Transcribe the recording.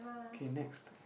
okay next